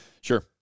Sure